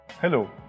Hello